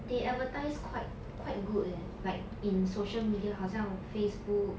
they advertise quite quite good leh like in social media 好像 Facebook